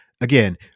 again